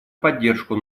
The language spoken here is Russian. поддержку